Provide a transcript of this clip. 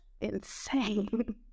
insane